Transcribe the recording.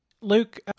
Luke